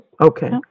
Okay